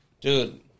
dude